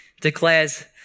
declares